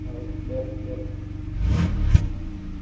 औ दे दे दे औ दे